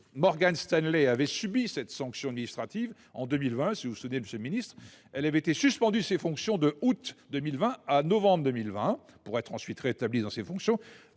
Morgan Stanley, avait subi cette sanction administrative en 2020, si vous vous en souvenez, monsieur le ministre : elle avait été suspendue de ses fonctions d'août 2020 à novembre 2020, pour y être ensuite rétablie. Indépendamment